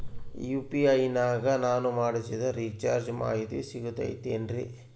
UPI ನಾಗ ನಾನು ಮಾಡಿಸಿದ ರಿಚಾರ್ಜ್ ಮಾಹಿತಿ ಸಿಗುತೈತೇನ್ರಿ?